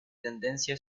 tendencia